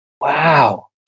Wow